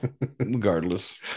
Regardless